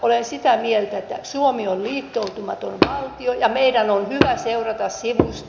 olen sitä mieltä että suomi on liittoutumaton valtio ja meidän on hyvä seurata sivusta